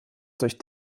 durch